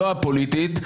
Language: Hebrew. לא הפוליטית,